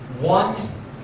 one